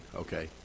Okay